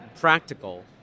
practical